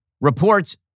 reports